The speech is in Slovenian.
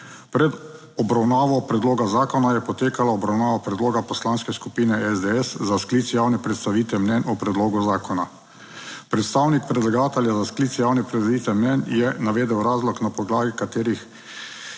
Pred obravnavo predloga zakona je potekala obravnava predloga Poslanske skupine SDS za sklic javne predstavitve mnenj o predlogu zakona. Predstavnik predlagatelja za sklic javne predstavitve mnenj je navedel razloge na podlagi katerih